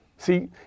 See